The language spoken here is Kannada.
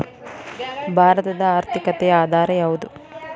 ಭಾರತದ ಆರ್ಥಿಕತೆಯ ಆಧಾರ ಯಾವುದು?